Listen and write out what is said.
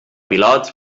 pilots